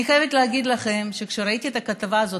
אני חייבת להגיד לכם שכשראיתי את הכתבה הזאת